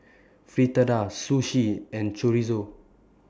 Fritada Sushi and Chorizo